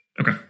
Okay